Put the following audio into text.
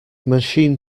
machine